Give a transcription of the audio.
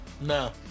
No